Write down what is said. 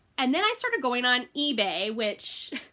and then i started going on ebay which.